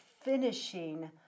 finishing